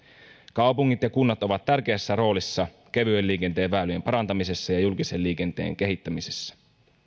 kaupungit ja kunnat ovat tärkeässä roolissa kevyen liikenteen väylien parantamisessa ja julkisen liikenteen kehittämisessä